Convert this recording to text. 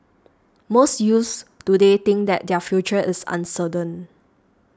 most youths today think that their future is uncertain